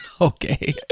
Okay